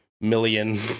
million